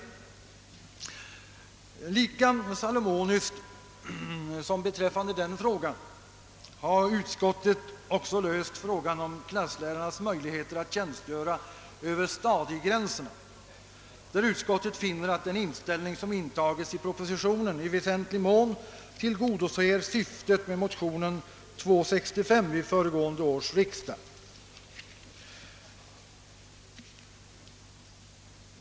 Lika salomoniskt som beträffande den frågan har utskottet också löst frågan om klasslärarnas möjligheter att tjänstgöra över stadiegränserna, där utskottet finner att den inställning som intas i propositionen i väsentlig mån tillgodoser syftet med motion II:65 till föregående års riksdag.